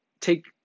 take